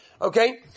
Okay